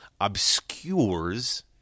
obscures